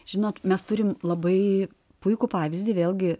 žinot mes turim labai puikų pavyzdį vėlgi